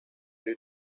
due